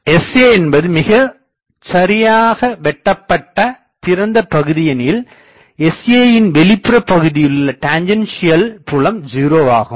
Sa என்பது மிகச் சரியாகவெட்டப்பட்ட திறந்த பகுதியெனில் saயின் வெளிப்புற பகுதியிலுள்ள டேன்ஞ்சண்சியல்புலம் 0 ஆகும்